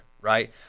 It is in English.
right